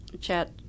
chat